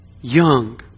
Young